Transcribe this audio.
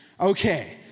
Okay